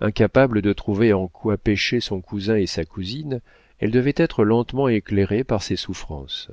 incapable de trouver en quoi péchaient son cousin et sa cousine elle devait être lentement éclairée par ses souffrances